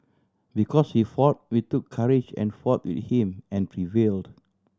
because he fought we took courage and fought with him and prevailed